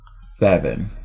seven